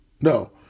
No